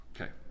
Okay